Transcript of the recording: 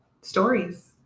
stories